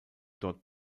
dort